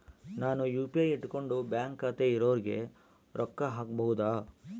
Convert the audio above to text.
ನಾನು ಯು.ಪಿ.ಐ ಇಟ್ಕೊಂಡು ಬ್ಯಾಂಕ್ ಖಾತೆ ಇರೊರಿಗೆ ರೊಕ್ಕ ಹಾಕಬಹುದಾ?